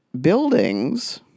buildings